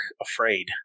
afraid